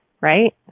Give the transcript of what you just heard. right